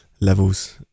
Levels